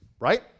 right